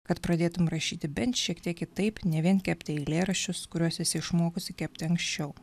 kad pradėtum rašyti bent šiek tiek kitaip ne vien kepti eilėraščius kuriuos esi išmokusi kepti anksčiau